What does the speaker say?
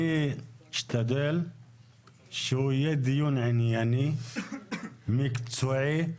אני אשתדל שהוא יהיה דיון ענייני, מקצועי,